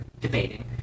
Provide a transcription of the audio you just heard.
debating